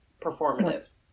performative